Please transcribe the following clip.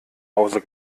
hause